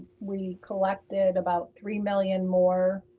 we collected about three million more,